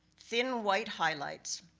thin white highlights,